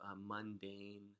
mundane